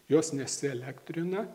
jos nesielektrina